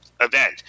event